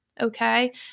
Okay